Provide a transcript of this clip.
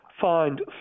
find